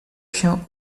się